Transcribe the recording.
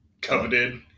coveted